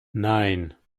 nine